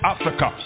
Africa